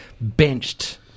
benched